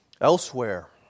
Elsewhere